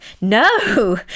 no